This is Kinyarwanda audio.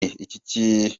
iki